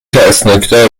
ترسناکتر